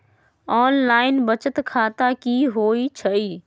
Online बचत खाता की होई छई?